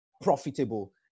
profitable